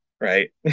right